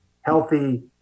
healthy